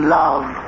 love